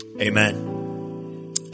Amen